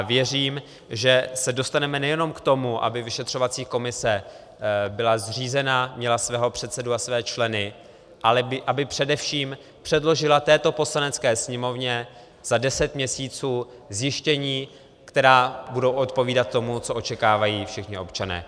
Věřím, že se dostaneme nejenom k tomu, aby vyšetřovací komise byla zřízena, měla svého předsedu a své členy, ale aby především předložila této Poslanecké sněmovně za deset měsíců zjištění, která budou odpovídat tomu, co očekávají všichni občané.